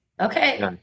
Okay